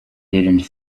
didn’t